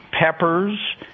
peppers